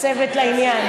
צוות לעניין.